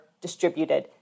distributed